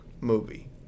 movie